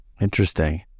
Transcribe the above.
interesting